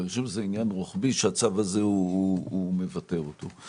זה עניין רוחבי שהצו הזה מבטא אותו.